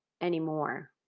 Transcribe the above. anymore